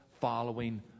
following